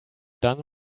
done